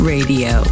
Radio